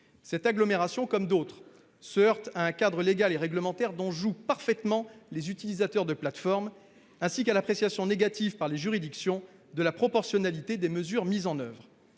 cette agglomération, comme d'autres, se heurte à un cadre légal et réglementaire dont jouent parfaitement les utilisateurs de plateformes, ainsi qu'à l'appréciation négative par les juridictions de la proportionnalité des mesures mises en oeuvre.